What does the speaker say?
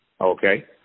Okay